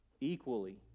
equally